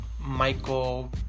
michael